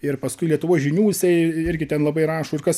ir paskui lietuvos žinių jisai irgi ten labai rašo ir kas